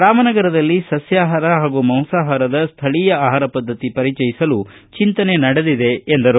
ರಾಮನಗರದಲ್ಲಿ ಸಸ್ಕೃಹಾರ ಹಾಗೂ ಮಾಂಸಾಹಾರದ ಸ್ಕೀಯ ಆಹಾರ ಪದ್ದತಿ ಪರಿಚಯಿಸಲು ಚಿಂತನೆ ನಡೆದಿದೆ ಎಂದರು